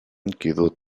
quedó